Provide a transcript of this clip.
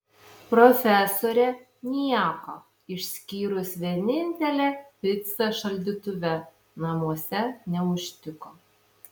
profesorė nieko išskyrus vienintelę picą šaldytuve namuose neužtiko